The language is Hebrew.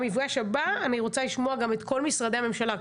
במפגש הבא אני רוצה לשמוע גם את כל משרדי הממשלה,